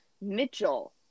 Mitchell